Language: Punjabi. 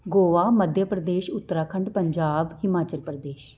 ਗੋਆ ਮੱਧ ਪ੍ਰਦੇਸ਼ ਉੱਤਰਾਖੰਡ ਪੰਜਾਬ ਹਿਮਾਚਲ ਪ੍ਰਦੇਸ਼